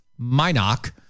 Minock